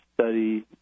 study